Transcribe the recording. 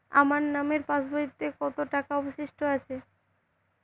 আমার নামের পাসবইতে কত টাকা অবশিষ্ট আছে?